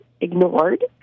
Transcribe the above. ignored